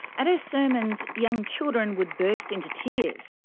at her sermons, young children would burst into tears,